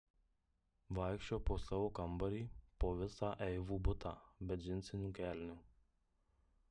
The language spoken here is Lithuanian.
vaikščiojo po savo kambarį po visą eivų butą be džinsinių kelnių